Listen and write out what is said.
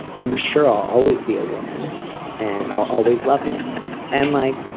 i'm sure i'll always be a woman and i'll always love him and like,